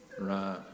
right